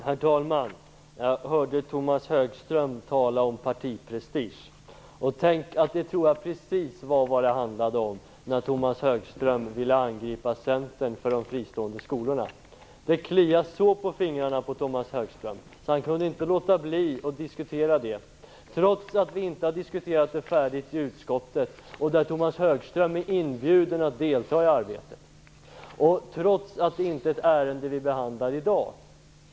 Herr talman! Jag hörde Tomas Högström tala om partiprestige. Tänk att jag tror att det är precis vad det handlade om när Tomas Högström ville angripa Centern för de fristående skolorna. Det kliar så i fingrarna på Tomas Högström att han inte kunde låta bli att diskutera det här, trots att vi inte har diskuterat frågan färdigt i utskottet. Tomas Högström är inbjuden att delta i arbetet. Den fråga han tar upp är inte heller ett ärende som vi behandlar i dag.